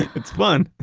it's fun,